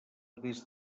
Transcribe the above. des